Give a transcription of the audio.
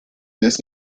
this